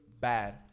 bad